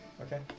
Okay